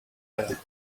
here